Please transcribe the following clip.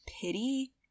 pity